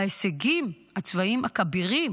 להישגים הצבאיים הכבירים